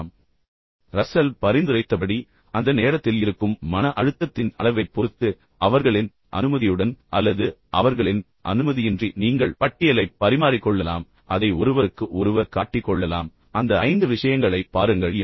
இப்போது ரஸ்ஸல் பரிந்துரைத்தபடி அந்த நேரத்தில் இருக்கும் மன அழுத்தத்தின் அளவைப் பொறுத்து அவர்களின் அனுமதியுடன் அல்லது அல்லது அவர்களின் அனுமதியின்றி நீங்கள் பட்டியலைப் பரிமாறிக்கொள்ளலாம் பின்னர் அதை ஒருவருக்கு ஒருவர் காட்டி கொள்ளலாம் அந்த ஐந்து விஷயங்களை பாருங்கள் என்று